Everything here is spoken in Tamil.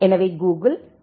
எனவே கூகிள் டி